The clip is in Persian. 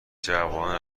جوانان